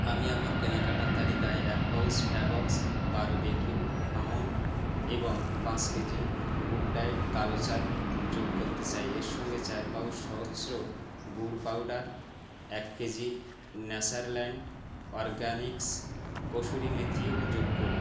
আমি আমার কেনাকাটার তালিকায় এক পাউচ ফ্যাববক্স বারবেকিউ আমন্ড এবং পাঁচ কেজি গুড ডায়েট কালো চাল যোগ করতে চাই এর সঙ্গে চার পাউচ সহস্র গুড় পাউডার এক কেজি নেচারল্যান্ড অরগ্যানিক্স কসুরি মেথিও যোগ করুন